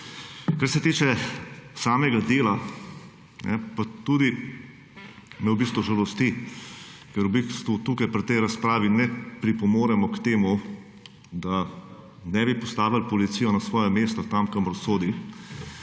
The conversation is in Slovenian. Kar se tiče samega dela pa tudi me v bistvu žalosti, ker v bistvu tukaj pri tej razpravi ne pripomoremo k temu, da ne bi postavili Policijo na svoja mesta tam, kamor sodi.